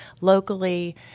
locally